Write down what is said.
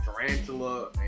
Tarantula